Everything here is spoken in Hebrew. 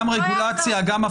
גם רגולציה, גם הפרטה.